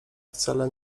wcale